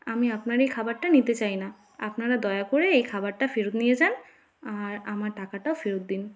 আমি আপনার এই খাবারটা নিতে চাই না আপনারা দয়া করে এই খাবারটা ফেরত নিয়ে যান আর আমার টাকাটা ফেরত দিন